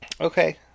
Okay